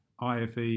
IFE